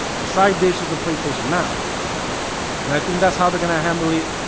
the side dish is the playstation now and i think that's how they're gonna handle it.